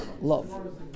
love